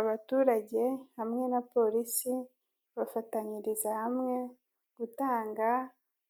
Abaturage hamwe na polisi bafatanyiriza hamwe gutanga